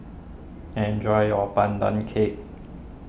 enjoy your Pandan Cake